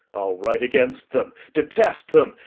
i'll write against them, detest them,